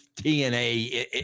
TNA